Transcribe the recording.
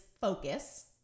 focus